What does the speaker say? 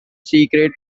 secret